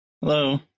Hello